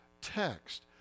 text